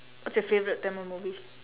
what's your favourite tamil movie